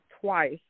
twice